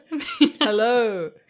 Hello